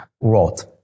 wrote